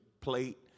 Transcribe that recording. plate